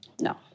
No